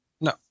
no